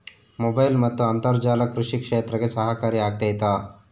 Mobile ಮತ್ತು ಅಂತರ್ಜಾಲ ಕೃಷಿ ಕ್ಷೇತ್ರಕ್ಕೆ ಸಹಕಾರಿ ಆಗ್ತೈತಾ?